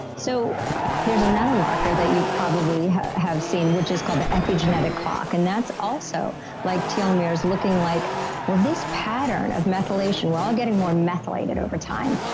so there's another marker that you probably have seen, which is called the epigenetic clock. and that's also like telomeres looking like well, this pattern of methylation, we're all getting more methylated over time.